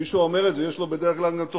מי שאומר את זה יש לו בדרך כלל תוספתא,